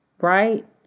Right